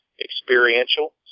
experiential